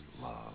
love